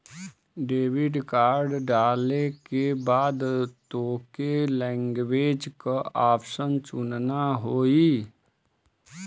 debit card डाले के बाद तोके लैंग्वेज क ऑप्शन चुनना होई